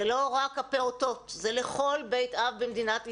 זה לא רק הפעוטות, זה לכל בית אב במדינת ישראל,